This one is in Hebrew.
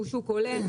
שהוא שוק עולה,